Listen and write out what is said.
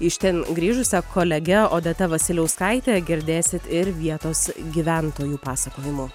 iš ten grįžusia kolege odeta vasiliauskaite girdėsit ir vietos gyventojų pasakojimų